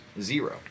zero